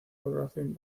coloración